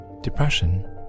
depression